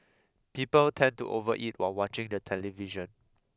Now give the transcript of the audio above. people tend to overeat while watching the television